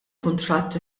kuntratt